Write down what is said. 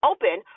Open